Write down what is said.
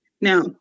Now